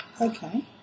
Okay